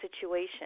situation